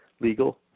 legal